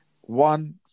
One